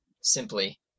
simply